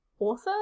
author